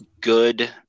good